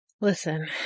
Listen